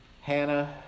Hannah